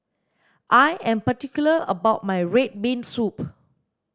I am particular about my red bean soup